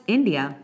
India